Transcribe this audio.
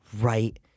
right